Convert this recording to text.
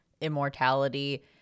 immortality